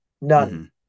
none